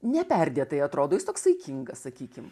neperdėtai atrodo jis toks saikingas sakykim